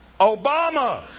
Obama